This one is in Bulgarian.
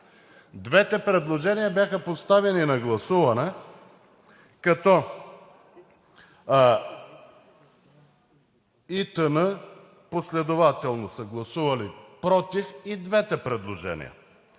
Двете предложения бяха поставени на гласуване, като ИТН последователно са гласували против и двете предложения,